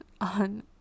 on